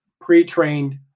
pre-trained